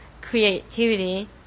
creativity